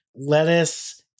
lettuce